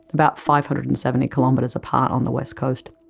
about five hundred and seventy kilometres apart on the west coast.